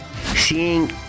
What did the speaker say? Seeing